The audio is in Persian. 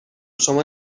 شما